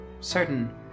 Certain